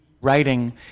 writing